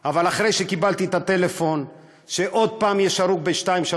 אבל אחרי שקיבלתי את הטלפון שעוד פעם יש הרוג ב-232,